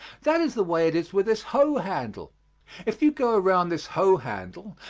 that is the way it is with this hoe handle if you go around this hoe handle,